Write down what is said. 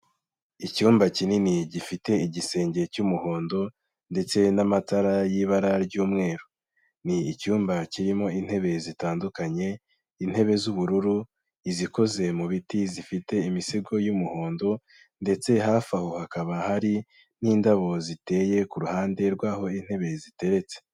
Icyumba kinini gifite igisenge cy'umuhondo, ndetse n'amatara y'ibara ry'umweru, ni icyumba kirimo intebe zitandukanye, intebe z'ubururu, izikoze mu biti zifite imisego y'umuhondo, ndetse hafi aho hakaba hari n'indabo ziteye ku ruhande rw'aho intebe ziteretse.